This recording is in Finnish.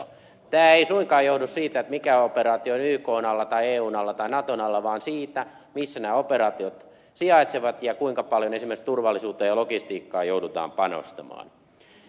tämä ei suinkaan riipu siitä onko operaatio ykn alla tai eun alla tai naton alla vaan siitä missä nämä operaatiot sijaitsevat ja kuinka paljon esimerkiksi turvallisuuteen ja logistiikkaan joudutaan panostamaan